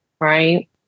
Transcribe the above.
right